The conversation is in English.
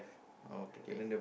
oh Kay Kay